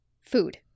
food